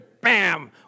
bam